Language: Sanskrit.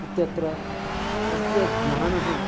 इत्यत्र तस्य ज्ञानं